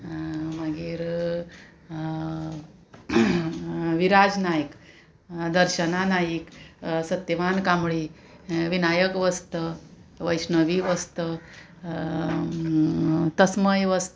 मागीर विराज नायक दर्शना नाईक सत्यमान कांबळी विनायक वस्त वैष्णवी वस्त तस्मय वस्त